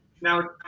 Now